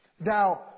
Now